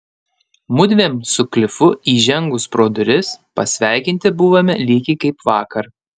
mudviem su klifu įžengus pro duris pasveikinti buvome lygiai kaip vakar